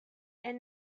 and